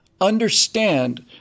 understand